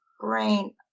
brain